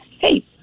Hey